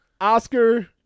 Oscar